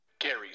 Gary's